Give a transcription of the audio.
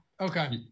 Okay